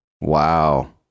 wow